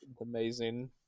amazing